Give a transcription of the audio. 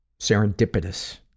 Serendipitous